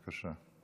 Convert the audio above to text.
בבקשה.